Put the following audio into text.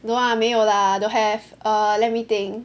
no lah 没有 lah don't have err let me think